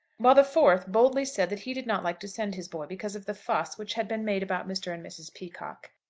while the fourth boldly said that he did not like to send his boy because of the fuss which had been made about mr. and mrs. peacocke.